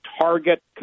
target